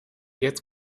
jetzt